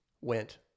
went